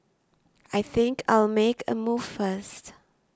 I think I'll make a move first